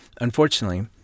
Unfortunately